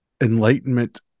enlightenment